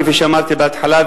כפי שאמרתי בהתחלה,